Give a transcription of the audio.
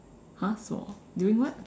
!huh! so during what